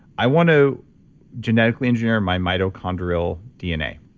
i want to genetically engineer my mitochondrial dna.